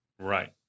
Right